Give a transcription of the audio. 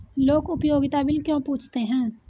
लोग उपयोगिता बिल क्यों पूछते हैं?